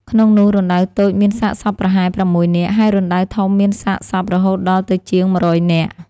ក្នុងនោះ រណ្ដៅតូចមានសាកសពប្រហែល ៦នាក់ ហើយរណ្តៅធំមានសាកសពរហូតដល់ទៅជាង ១០០នាក់ ។